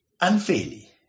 unfairly